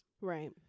right